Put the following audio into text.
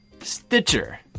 Stitcher